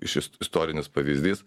šis istorinis pavyzdys